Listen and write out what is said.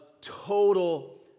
total